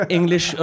English